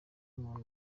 umuntu